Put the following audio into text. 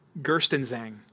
Gerstenzang